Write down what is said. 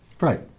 Right